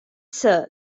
ser